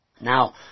Now